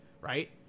right